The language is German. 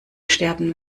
sterben